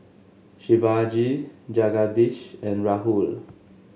Shivaji Jagadish and Rahul